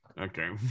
Okay